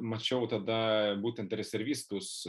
mačiau tada būtent rezervistus